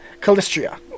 Calistria